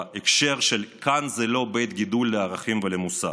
בהקשר שכאן זה לא בית גידול לערכים ולמוסר: